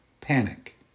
panic